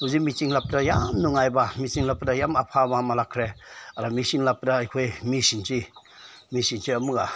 ꯍꯧꯖꯤꯛ ꯃꯦꯆꯤꯟ ꯂꯥꯛꯄꯗ ꯌꯥꯝ ꯅꯨꯡꯉꯥꯏꯕ ꯃꯦꯆꯤꯟ ꯂꯥꯛꯄꯗ ꯌꯥꯝ ꯑꯐꯕ ꯑꯃ ꯂꯥꯛꯈ꯭ꯔꯦ ꯑꯗ ꯃꯦꯆꯤꯟ ꯂꯥꯛꯄꯗ ꯑꯩꯈꯣꯏ ꯃꯤꯁꯤꯡꯁꯤ ꯃꯦꯆꯤꯟꯁꯤ ꯑꯃꯨꯛꯀ